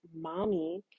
Mommy